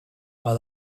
but